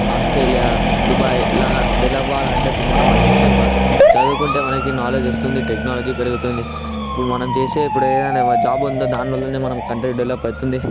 Australia Dubai ఇలాగా develop కావాలంటే మనం మంచిగా చదువుకోవాలి చదువుకుంటే మనకి నాలెడ్జి వస్తుంది టెక్నాలజీ పెరుగుతుంది ఇప్పుడు మనం చేసే ఇప్పుడు ఏఐ అనే జాబ్ ఉంది దాంట్లోనే మనం కంట్రీ డెవలప్ అవుతుంది